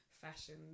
fashion